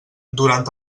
durant